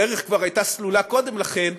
הדרך כבר הייתה סלולה קודם לכן,